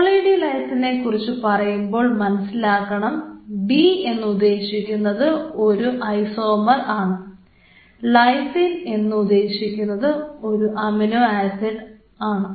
poly D ലൈസിനെ കുറിച്ച് പറയുമ്പോൾ മനസ്സിലാക്കണം ഡി എന്ന് ഉദ്ദേശിക്കുന്നത് ഒരു ഐസോമർ ആണ് lysine എന്ന് ഉദ്ദേശിക്കുന്നത് അമിനോആസിഡ് ആണ്